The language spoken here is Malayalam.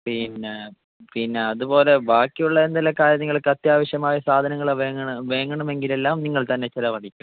പിന്നെ പിന്നെ അതുപോലെ ബാക്കിയുള്ള എന്തെല്ലാം കാര്യങ്ങൾ നിങ്ങൾക്ക് അത്യാവശ്യമായ സാധനങ്ങൾ വാങ്ങണം വാങ്ങണമെങ്കിൽ എല്ലാം നിങ്ങൾ തന്നെ ചിലവഴിക്കണം